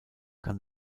kann